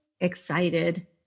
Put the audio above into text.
excited